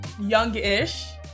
youngish